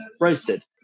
roasted